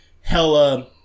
hella